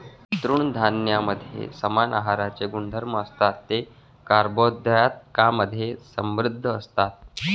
तृणधान्यांमध्ये समान आहाराचे गुणधर्म असतात, ते कर्बोदकांमधे समृद्ध असतात